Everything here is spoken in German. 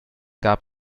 gab